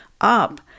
up